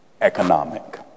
economic